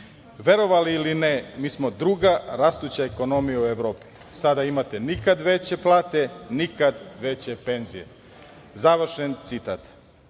„Verovali ili ne, mi smo druga rastuća ekonomija u Evropi. Sada imate nikad veće plate, nikad veće penzije“, završen citat. Dragi